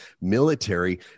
military